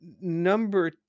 Number